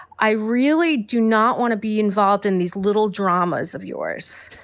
i really do not want to be involved in these little dramas of yours.